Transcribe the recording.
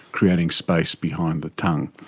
creating space behind the tongue.